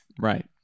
Right